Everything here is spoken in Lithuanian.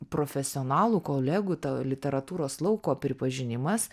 profesionalų kolegų ta literatūros lauko pripažinimas